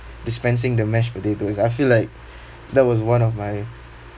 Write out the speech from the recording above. dispensing the mashed potatoes I feel like that was one of my